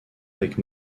avec